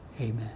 Amen